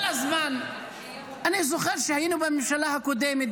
כל הזמן אני זוכר שכשהיינו בממשלה הקודמת,